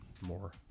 more